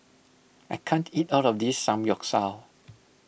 I can't eat all of this Samgyeopsal